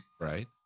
right